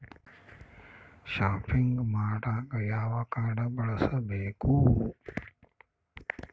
Shopping ಮಾಡಾಕ ಯಾವ card ಬಳಸಬೇಕು?